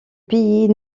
pays